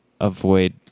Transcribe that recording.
avoid